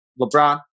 LeBron